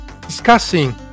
discussing